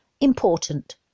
Important